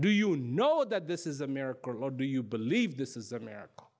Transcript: do you know that this is america or do you believe this is america